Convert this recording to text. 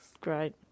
Great